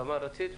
תמר, את רצית?